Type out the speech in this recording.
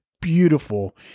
beautiful